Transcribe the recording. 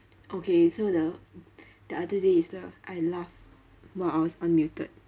okay so the the other day is the I laugh while I was unmuted